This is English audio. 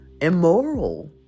Immoral